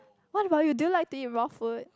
what about you do you like to eat raw food